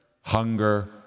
hunger